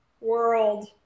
world